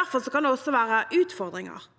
Derfor kan det også være utfordringer.